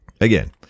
again